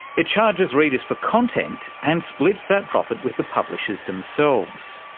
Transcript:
it charges readers for content and splits that profit with the publishers themselves.